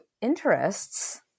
interests